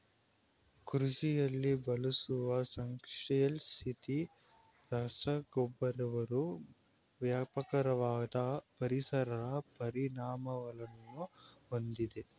ಕೃಷಿಯಲ್ಲಿ ಬಳಸುವ ಸಂಶ್ಲೇಷಿತ ರಸಗೊಬ್ಬರವು ವ್ಯಾಪಕವಾದ ಪರಿಸರ ಪರಿಣಾಮಗಳನ್ನು ಹೊಂದಿದೆ